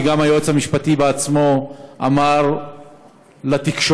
וגם היועץ המשפטי בעצמו אמר לתקשורת,